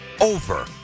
over